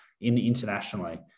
internationally